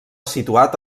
situat